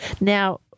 Now